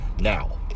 now